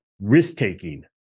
risk-taking